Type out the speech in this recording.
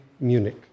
Munich